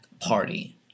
party